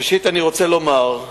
ראשית, אני רוצה לומר,